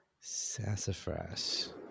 sassafras